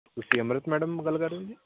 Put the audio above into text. ਤੁਸੀਂ ਅੰਮ੍ਰਿਤ ਮੈਡਮ ਗੱਲ ਕਰ ਰਹੇ ਹੋ ਜੀ